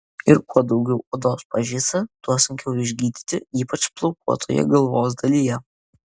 ir kuo daugiau odos pažeista tuo sunkiau išgydyti ypač plaukuotoje galvos dalyje